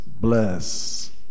Bless